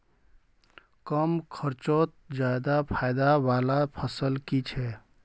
कम खर्चोत ज्यादा फायदा वाला फसल की छे?